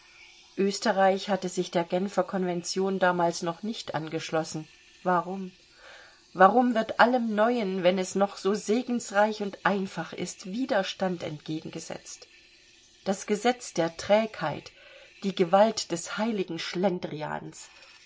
österreich hatte sich der genfer convention damals noch nicht angeschlossen warum warum wird allem neuen wenn es noch so segensreich und einfach ist widerstand entgegengesetzt das gesetz der trägheit die gewalt des heiligen schlendrians